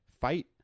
fight